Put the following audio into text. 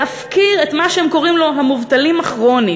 להפקיר את מה שהם קוראים לו המובטלים הכרוניים,